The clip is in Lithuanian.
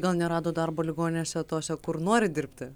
gal nerado darbo ligoninėse tose kur nori dirbti